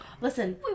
listen